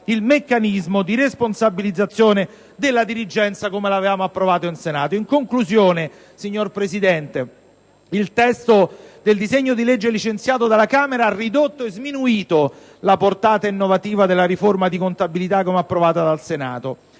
il meccanismo di responsabilizzazione della dirigenza come l'avevamo approvato in Senato. In conclusione, signora Presidente, il testo del disegno di legge licenziato dalla Camera ha ridotto e sminuito la portata innovativa della riforma di contabilità così come approvata dal Senato: